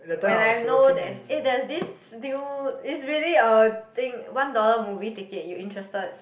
when I know there is eh there is this deal is really a thing one dollar movie ticket you interested